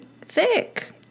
thick